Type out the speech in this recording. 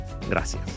Gracias